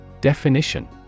Definition